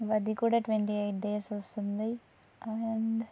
ఇ వ అది కూడా ట్వంటీ ఎయిట్ డేస్ వస్తుంది అండ్